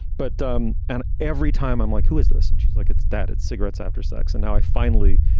but um and every time i'm like, who is this? and she's like, it's that it's cigarettes after sex. and now i finally